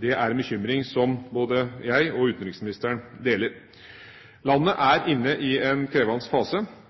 Det er en bekymring som både jeg og utenriksministeren deler. Landet er inne i en krevende fase.